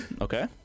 okay